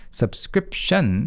subscription